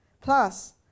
Plus